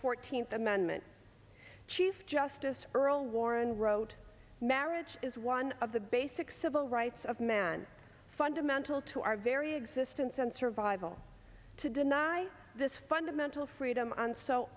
fourteenth amendment chief justice earl warren wrote marriage is one of the basic civil rights of man fundamental to our very existence and survival to deny this fundamental freedom and so